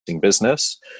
business